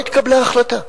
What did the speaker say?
לא התקבלה החלטה.